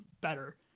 better